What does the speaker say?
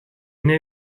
nei